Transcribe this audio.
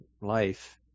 life